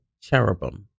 cherubim